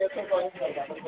एत्तै सड़कपर जाके बैसबी